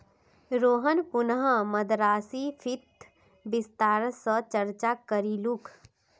रोहन पुनः मुद्रास्फीतित विस्तार स चर्चा करीलकू